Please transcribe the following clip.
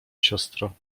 siostro